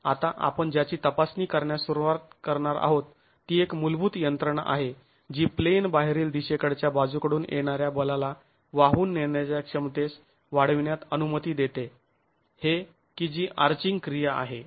आता आपण ज्याची तपासणी करण्यास सुरुवात करणार आहोत ती एक मूलभूत यंत्रणा आहे जी प्लेन बाहेरील दिशेकडच्या बाजूकडून येणाऱ्या बलाला वाहून नेण्याच्या क्षमतेस वाढविण्यात अनुमती देते हे की जी आर्चिंग क्रीया आहे